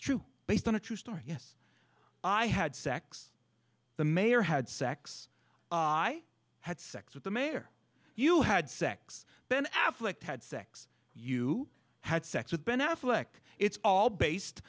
true based on a true story yes i had sex the mayor had sex i had sex with the mayor you had sex ben affleck had sex you had sex with ben affleck it's all based